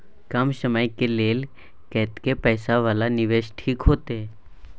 कम समय के लेल कतेक पैसा वाला निवेश ठीक होते?